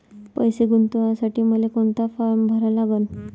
पैसे गुंतवासाठी मले कोंता फारम भरा लागन?